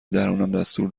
درونم، دستور